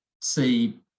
see